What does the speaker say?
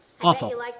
awful